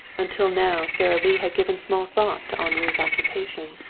until now sara lee had given small thought to henri's occupation.